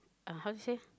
uh how to say